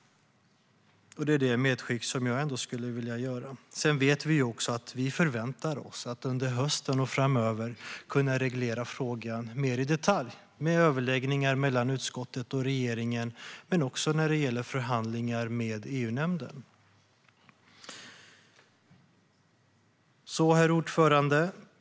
Det är det medskick som jag skulle vilja göra. Vi förväntar oss att under hösten och framöver kunna reglera frågan mer i detalj med överläggningar mellan utskottet och regeringen men också när det gäller förhandlingar med EU-nämnden. Herr talman!